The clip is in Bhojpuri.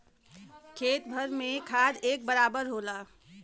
खेत भर में खाद एक बराबर होला